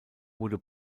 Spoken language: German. wurde